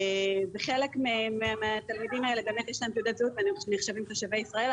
חלק מהתלמידים האלה יש להם תעודת זהות ונחשבים תושבי ישראל,